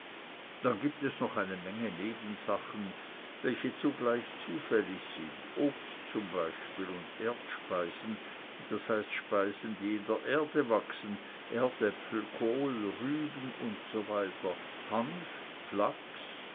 dann gibt es noch eine menge nebensachen welche zugleich zufällig sind obst zum beispiel und erdspeisen das heißt speisen die in der erde wachsen erdäpfel kohl rüben usw hanf flachs